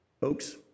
Folks